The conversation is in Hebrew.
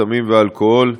בסמים ובאלכוהול,